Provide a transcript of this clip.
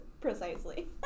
precisely